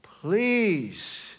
please